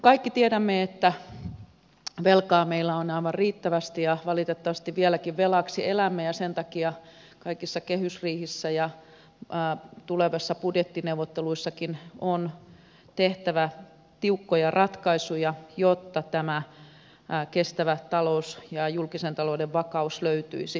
kaikki tiedämme että velkaa meillä on aivan riittävästi ja valitettavasti vieläkin velaksi elämme ja sen takia kaikissa kehysriihissä ja tulevissa budjettineuvotteluissakin on tehtävä tiukkoja ratkaisuja jotta kestävä talous ja julkisen talouden vakaus löytyisivät